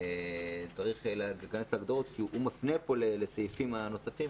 צריך להיכנס להגדרות כי הוא מפנה פה לסעיפים הנוספים,